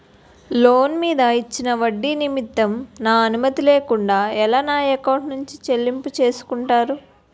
Loan మీద ఇచ్చిన ఒడ్డి నిమిత్తం నా అనుమతి లేకుండా ఎలా నా ఎకౌంట్ నుంచి చెల్లింపు చేసుకుంటారు?